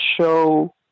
show